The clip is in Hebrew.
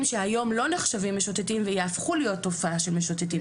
שהיום לא נחשבים משוטטים ויהפכו להיות תופעה של משוטטים.